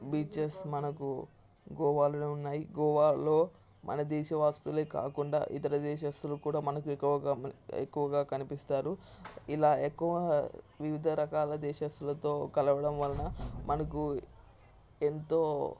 beaches మనకు గోవాలోనే ఉన్నాయి గోవాలో మన దేశ వాసులే కాకుండా ఇతర దేశస్థులు కూడా మనకు ఎక్కువగా ఎక్కువగా కనిపిస్తారు ఇలా ఎక్కువ వివిధ రకాల దేశస్తులతో కలవడం వలన మనకు ఎంతో